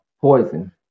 poison